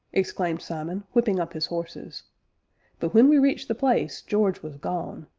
exclaimed simon, whipping up his horses but when we reached the place george was gone,